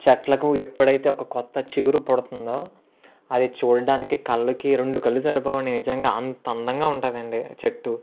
చెట్లకు ఎప్పుడైతే ఒక కొత్త చిగురు పుడతుందో అది చూడటానికి కళ్ళకి రెండు కళ్ళు సరిపోవండి చూడడానికి నిజంగా అంత అందంగా ఉంటుంది అండి చెట్టు